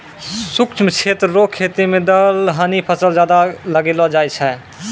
शुष्क क्षेत्र रो खेती मे दलहनी फसल ज्यादा लगैलो जाय छै